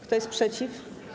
Kto jest przeciw?